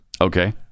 Okay